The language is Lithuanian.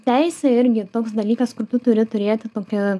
teisė irgi toks dalykas kur tu turi turėti tokią